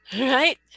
right